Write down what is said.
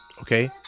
okay